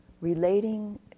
relating